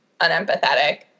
unempathetic